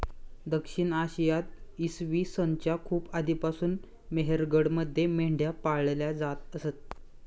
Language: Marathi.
दक्षिण आशियात इसवी सन च्या खूप आधीपासून मेहरगडमध्ये मेंढ्या पाळल्या जात असत